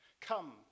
Come